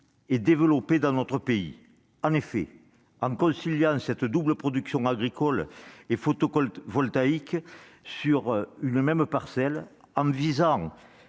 et développé dans notre pays. En effet, en conciliant cette double production agricole et photovoltaïque sur une même parcelle et en visant